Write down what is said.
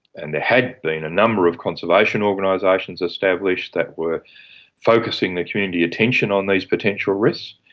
and there had been a number of conservation organisations established that were focusing the community attention on these potential risks,